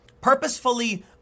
purposefully